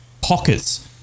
pockets